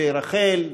אנשי רח"ל,